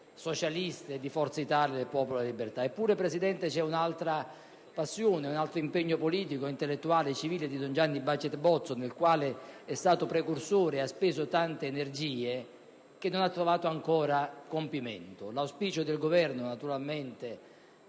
socialiste di Forza Italia e del Popolo della Libertà. Eppure, Presidente, c'è un'altra passione, un impegno politico, intellettuale e civile, nel quale don Baget Bozzo è stato precursore e ha speso tante energie, che non ha trovato ancora compimento. L'auspicio del Governo è che